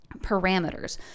parameters